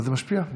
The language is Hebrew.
וזה משפיע,